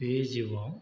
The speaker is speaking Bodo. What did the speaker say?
बे जिउआव